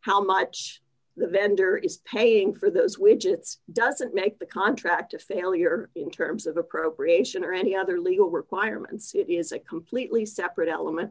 how much the vendor is paying for those widgets doesn't make the contract a failure in terms of appropriation or any other legal requirements it is a completely separate element